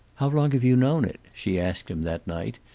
how long have you known it? she asked him that night,